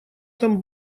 там